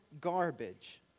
garbage